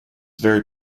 very